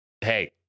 Hey